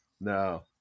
No